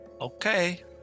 Okay